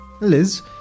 Liz